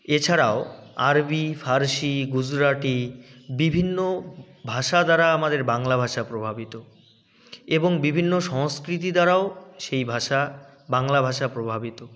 এছাড়াও আরবি ফার্সি গুজরাটি বিভিন্ন ভাষা দ্বারা আমাদের বাংলা ভাষা প্রভাবিত এবং বিভিন্ন সংস্কৃতি দ্বারাও সেই ভাষা বাংলা ভাষা প্রভাবিত